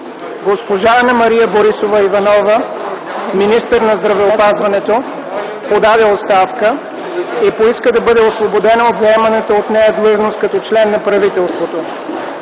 Госпожа Анна-Мария Борисова Иванова – министър на здравеопазването, подаде оставка и поиска да бъде освободена от заеманата от нея длъжност като член на правителството.